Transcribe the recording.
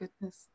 goodness